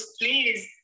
please